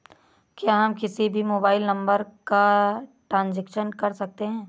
क्या हम किसी भी मोबाइल नंबर का ट्रांजेक्शन कर सकते हैं?